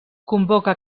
convoca